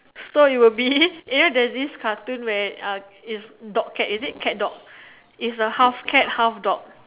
so it will be you know there's this cartoon where uh it's dog cat is it cat dog it's a half cat half dog